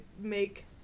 make